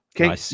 okay